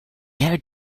air